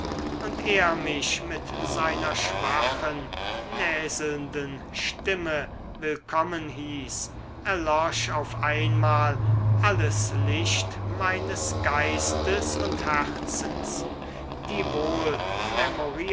und er mich mit seiner schwachen näselnden stimme willkommen hieß erlosch auf einmal alles licht meines geistes und herzens die